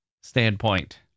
Standpoint